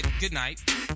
goodnight